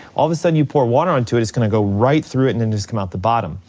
all of a sudden you pour water onto it, it's gonna go right through it and and just come out the bottom.